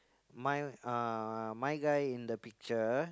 my uh my guy in the picture